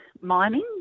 mining